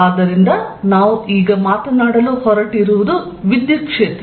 ಆದ್ದರಿಂದ ನಾವು ಈಗ ಮಾತನಾಡಲು ಹೊರಟಿರುವುದು ವಿದ್ಯುತ್ ಕ್ಷೇತ್ರ